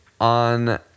on